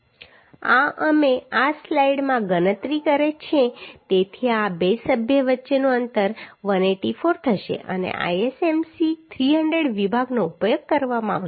આ અમે આ સ્લાઇડમાં ગણતરી કરી છે તેથી આ બે સભ્ય વચ્ચેનું અંતર 184 થશે અને ISMC 300 વિભાગનો ઉપયોગ કરવામાં આવશે